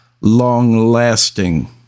long-lasting